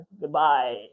Goodbye